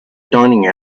dining